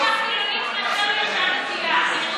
לאישה חילונית מאשר לאישה דתייה.